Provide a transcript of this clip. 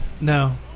No